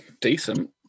Decent